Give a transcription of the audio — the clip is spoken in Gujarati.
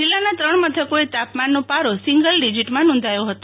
જિલ્લાના ત્રણ મથકોએ તાપમાનનો પારો સીંગલ ડિઝીટમાં નોંધાયો ફતો